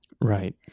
Right